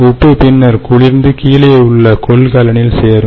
உப்பு பின்னர் குளிர்ந்த கீழே உள்ள கொள்கலனில் சேரும்